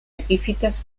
epífitas